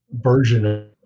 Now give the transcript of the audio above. version